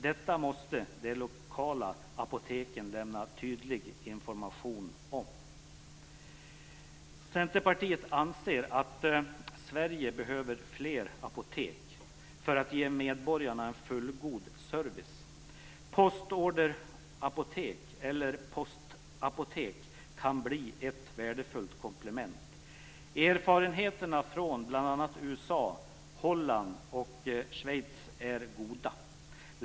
Detta måste de lokala apoteken lämna tydlig information om. Centerpartiet anser att Sverige behöver fler apotek för att ge medborgarna en fullgod service. Postorderapotek, eller postapotek, kan bli ett värdefullt komplement. Erfarenheterna från bl.a. USA, Holland och Schweiz är goda.